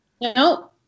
No